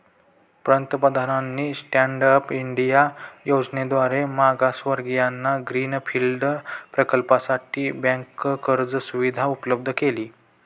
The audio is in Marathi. पंतप्रधानांनी स्टँड अप इंडिया योजनेद्वारे मागासवर्गीयांना ग्रीन फील्ड प्रकल्पासाठी बँक कर्ज सुविधा उपलब्ध केली